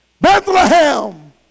Bethlehem